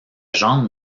jambe